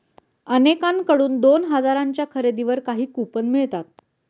अनेकांकडून दोन हजारांच्या खरेदीवर काही कूपन मिळतात